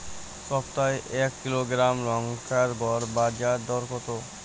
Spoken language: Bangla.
সপ্তাহে এক কিলোগ্রাম লঙ্কার গড় বাজার দর কতো?